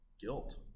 guilt